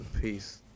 Peace